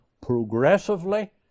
progressively